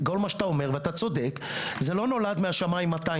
בואו נקרא לילד בשמו.